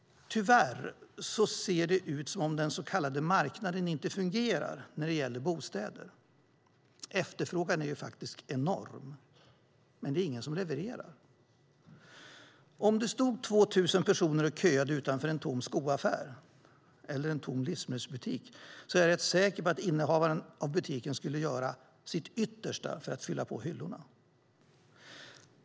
Tyvärr ser det ut som att den så kallade marknaden inte fungerar när det gäller bostäder. Efterfrågan är enorm, men det är ingen som levererar. Om det stod 2 000 personer och köade utanför en tom skoaffär eller en tom livsmedelsbutik är jag rätt säker på att innehavaren av butiken skulle göra sitt yttersta för att fylla på i hyllorna.